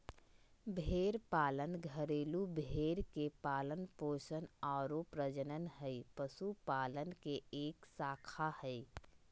भेड़ पालन घरेलू भेड़ के पालन पोषण आरो प्रजनन हई, पशुपालन के एक शाखा हई